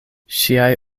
ŝiaj